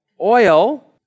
oil